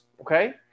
Okay